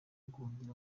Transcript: guhungira